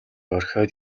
орхиод